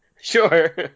sure